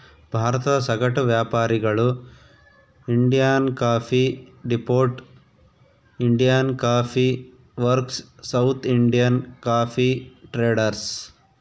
ಭಾರತದ ಸಗಟು ವ್ಯಾಪಾರಿಗಳು Indian coffee depot, Indian coffee works, South Indian coffee traders